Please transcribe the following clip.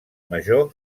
major